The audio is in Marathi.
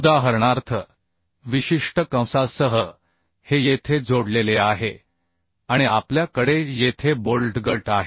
उदाहरणार्थ विशिष्ट कंसासह हे येथे जोडलेले आहे आणि आपल्या कडे येथे बोल्ट गट आहे